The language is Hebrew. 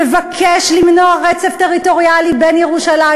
מבקש למנוע רצף טריטוריאלי בין ירושלים